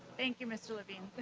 thank you, mr. like i mean but